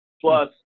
Plus